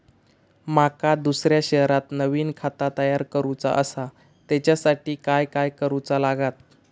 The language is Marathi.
माका दुसऱ्या शहरात नवीन खाता तयार करूचा असा त्याच्यासाठी काय काय करू चा लागात?